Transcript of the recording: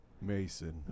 Mason